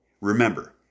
Remember